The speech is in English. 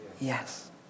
Yes